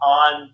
on